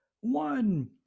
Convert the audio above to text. one